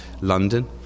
London